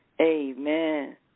Amen